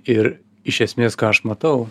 ir iš esmės ką aš matau